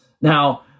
Now